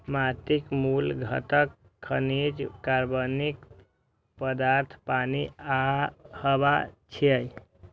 माटिक मूल घटक खनिज, कार्बनिक पदार्थ, पानि आ हवा छियै